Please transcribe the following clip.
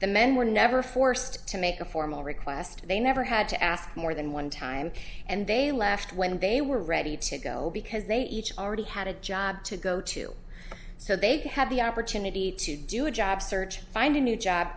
the men were never forced to make a formal request they never had to ask more than one time and they left when they were ready to go because they each already had a job to go to so they could have the opportunity to do a job search find a new job